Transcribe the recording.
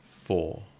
Four